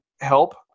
help